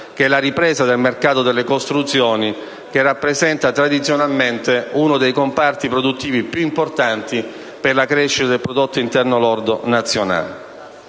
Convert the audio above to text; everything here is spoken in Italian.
che la ripresa del mercato delle costruzioni, che rappresenta tradizionalmente uno dei comparti produttivi più importanti per la crescita del prodotto interno lordo nazionale.